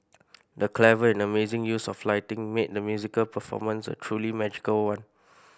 the clever and amazing use of lighting made the musical performance a truly magical one